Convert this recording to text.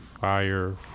Fire